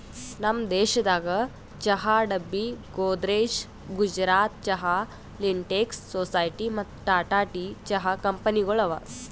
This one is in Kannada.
ನಮ್ ದೇಶದಾಗ್ ಚಹಾ ಡಬ್ಬಿ, ಗೋದ್ರೇಜ್, ಗುಜರಾತ್ ಚಹಾ, ಲಿಂಟೆಕ್ಸ್, ಸೊಸೈಟಿ ಮತ್ತ ಟಾಟಾ ಟೀ ಚಹಾ ಕಂಪನಿಗೊಳ್ ಅವಾ